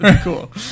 Cool